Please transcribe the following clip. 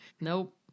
Nope